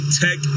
tech